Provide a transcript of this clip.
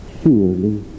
surely